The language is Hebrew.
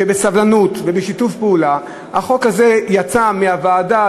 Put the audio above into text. שבסבלנות ובשיתוף פעולה עמם החוק הזה יצא מהוועדה,